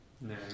No